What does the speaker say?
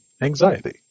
anxiety